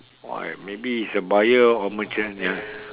!wah! maybe is a buyer or merchant ya